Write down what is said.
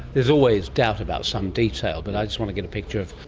there's always doubt about some detail, but i just want to get a picture of.